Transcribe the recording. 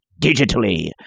digitally